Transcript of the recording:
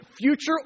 future